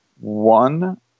One